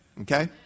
Okay